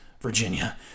Virginia